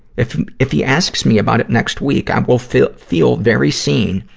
if if he asks me about it next week, i will feel feel very seen,